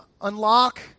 unlock